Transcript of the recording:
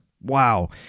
Wow